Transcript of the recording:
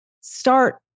start